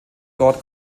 dort